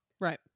Right